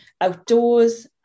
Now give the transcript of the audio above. outdoors